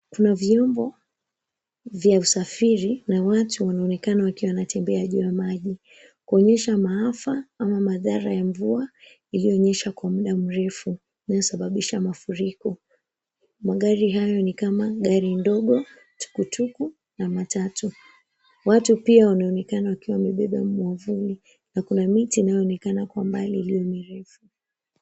Kuna vyombo vya usafiri na watu wanaonekana wakiwa wanatembea juu ya maji, kuonyesha maafa ama madhara ya mvua ilionyesha kwa muda mrefu inayosababisha mafuriko. Magari hayo ni kama gari ndogo, tukutuku na matatu. Watu pia wanaonekana wakiwa wamebeba mwavuli, na kuna miti inayoonekana kwamba hali iliyo mirefu.